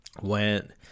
Went